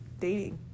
dating